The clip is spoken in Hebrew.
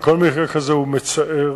כל מקרה כזה הוא מצער